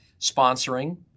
sponsoring